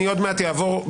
אני עוד מעט אעבור,